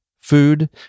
Food